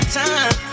time